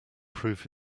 prove